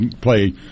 play